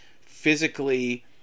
physically